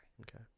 okay